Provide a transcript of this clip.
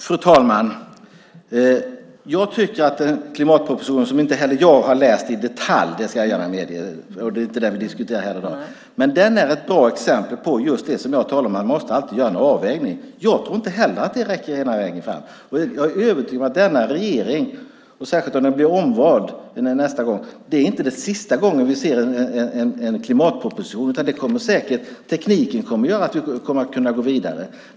Fru talman! Jag tycker att den klimatproposition som inte heller jag har läst i detalj, det ska jag gärna medge, är ett bra exempel på just det som jag har talat om, nämligen att man alltid måste göra en avvägning. Jag tror inte heller att det räcker hela vägen fram. Jag är övertygad om att det inte är sista gången som vi ser en klimatproposition från denna regering, särskilt om den blir omvald. Tekniken kommer att göra att vi kommer att kunna gå vidare.